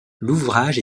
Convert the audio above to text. l’ouvrage